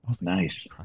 Nice